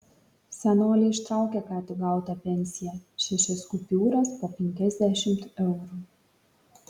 senolė ištraukė ką tik gautą pensiją šešias kupiūras po penkiasdešimt eurų